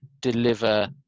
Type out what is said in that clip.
deliver